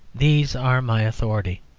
these are my authority.